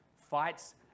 fights